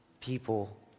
people